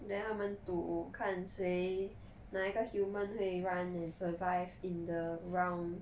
then 他们赌看谁哪一个 human 会 run and survive in the round